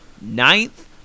Ninth